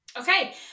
Okay